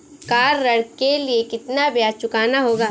Car ऋण के लिए कितना ब्याज चुकाना होगा?